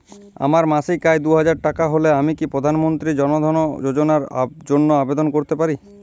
আমার মাসিক আয় দুহাজার টাকা হলে আমি কি প্রধান মন্ত্রী জন ধন যোজনার জন্য আবেদন করতে পারি?